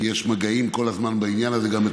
כי יש מגעים בעניין הזה כל הזמן,